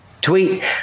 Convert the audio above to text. tweet